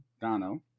Dono